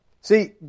See